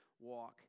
walk